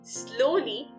slowly